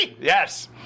Yes